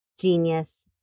genius